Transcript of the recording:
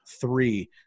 three